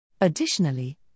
Additionally